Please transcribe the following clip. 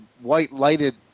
white-lighted